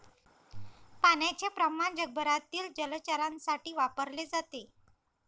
पाण्याचे प्रमाण जगभरातील जलचरांसाठी वापरले जाते